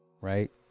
Right